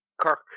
Kirk